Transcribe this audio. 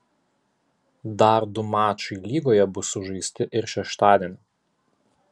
dar du mačai lygoje bus sužaisti ir šeštadienį